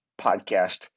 podcast